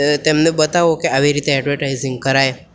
તેમણે બતાવો કે આવી રીતે એડવર્ટાઇજિંગ કરાય